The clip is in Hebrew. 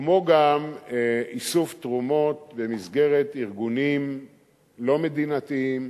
כמו גם איסוף תרומות במסגרת ארגונים לא מדינתיים